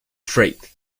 straight